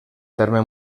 terme